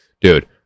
Dude